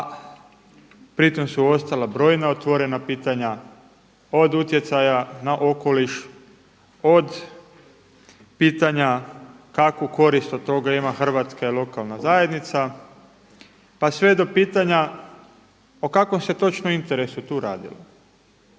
a pri tome su ostala brojna otvorena pitanja od utjecaja na okoliš, od pitanja kakvu korist ima od toga Hrvatska i lokalna zajednica pa sve do pitanja o kakvom se to točno interesu radilo,